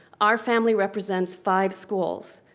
our family represents five schools.